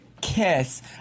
kiss